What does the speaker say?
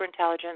superintelligence